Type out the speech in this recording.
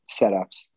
setups